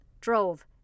drove